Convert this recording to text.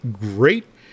great